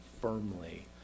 firmly